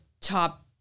top